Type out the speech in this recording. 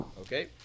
Okay